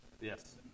Yes